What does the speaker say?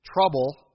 trouble